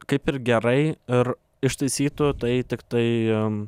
kaip ir gerai ir ištaisytų tai tiktai